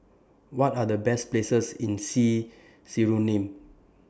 What Are The Best Places in See Suriname